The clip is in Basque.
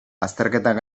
azterketak